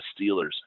Steelers